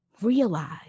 realize